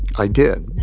i did